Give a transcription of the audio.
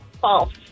false